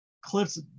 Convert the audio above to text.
Cliff's